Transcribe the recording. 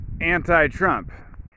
anti-Trump